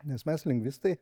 nes mes lingvistai